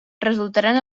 resultaran